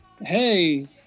hey